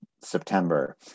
September